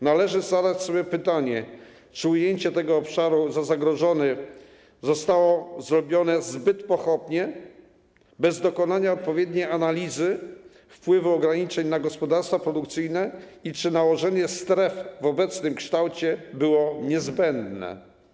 Należy zadać sobie pytanie: Czy uznanie tego obszaru za zagrożony nie było zbyt pochopne, bez dokonania odpowiedniej analizy wpływu ograniczeń na gospodarstwa produkcyjne, i czy nałożenie stref w obecnym kształcie było niezbędne?